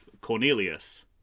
Cornelius